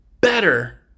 better